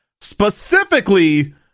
Specifically